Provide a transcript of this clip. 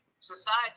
society